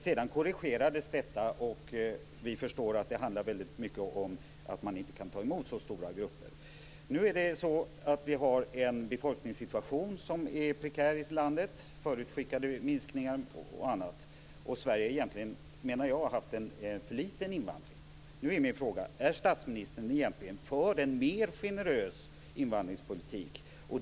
Sedan korrigerades detta, och vi förstår att det handlar om att man inte kan ta emot så stora grupper. Nu har vi en befolkningssituation i landet som är prekär. Det förutskickas minskningar och annat. Sverige har egentligen haft en för liten invandring, menar jag. Nu vill jag fråga: Är statsminister för en mer generös invandringspolitik?